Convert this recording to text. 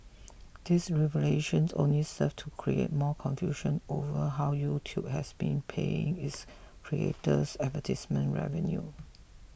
this revelation only served to create more confusion over how YouTube has been paying its creators advertisement revenue